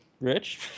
Rich